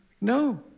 No